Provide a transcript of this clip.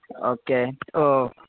okay oh